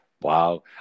Wow